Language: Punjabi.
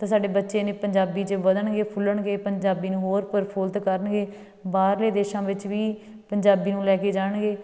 ਅਤੇ ਸਾਡੇ ਬੱਚੇ ਨੇ ਪੰਜਾਬੀ 'ਚ ਵਧਣਗੇ ਫੁੱਲਣਗੇ ਪੰਜਾਬੀ ਨੂੰ ਹੋਰ ਪ੍ਰਫੁੱਲਤ ਕਰਨਗੇ ਬਾਹਰਲੇ ਦੇਸ਼ਾਂ ਵਿੱਚ ਵੀ ਪੰਜਾਬੀ ਨੂੰ ਲੈ ਕੇ ਜਾਣਗੇ